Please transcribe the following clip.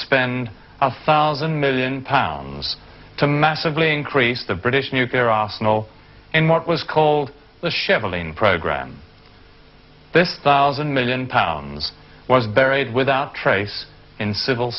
spend a thousand million pounds to massively increase the british nuclear arsenal in what was called the chevrolet in program this thousand million pounds was buried without trace in civil